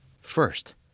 First